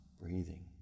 breathing